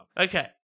Okay